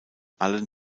allen